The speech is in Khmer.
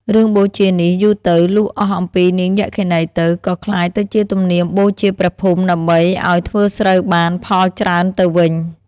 រឿងបូជានេះ យូរទៅ លុះអស់អំពីនាងយក្ខិនីទៅ ក៏ក្លាយទៅជាទំនៀមបូជាព្រះភូមិ ដើម្បីឲ្យធ្វើស្រូវបាន ផលច្រើនទៅវិញ។